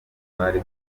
twari